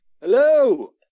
Hello